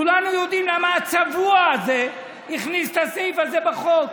כולנו יודעים למה הצבוע הזה הכניס את הסעיף הזה בחוק.